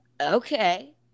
Okay